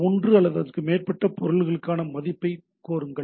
ஒன்று அல்லது அதற்கு மேற்பட்ட பொருளுக்கான மதிப்பை கோருங்கள்